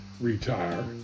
retire